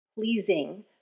pleasing